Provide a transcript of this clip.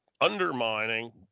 undermining